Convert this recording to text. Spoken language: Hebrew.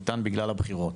ניתן בגלל הבחירות.